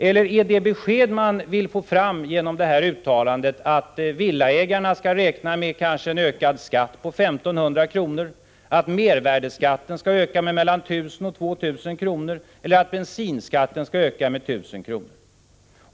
Eller är det besked som man vill få fram genom uttalandet att villaägarna skall räkna med en ökad skatt på 15 000 kr., en ökning av mervärdeskatten med mellan 1 000 och 2 000 kr. eller att bensinskatten skall öka med 1 000 kr.?